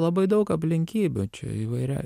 labai daug aplinkybių čia įvairiai